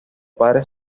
padre